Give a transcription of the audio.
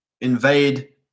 invade